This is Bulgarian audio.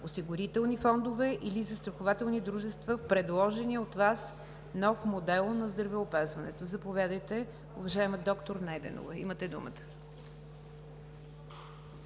осигурителни фондове или застрахователни дружества, в предложения нов модел на здравеопазването. Заповядайте, уважаема доктор Найденова, имате думата.